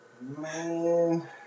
man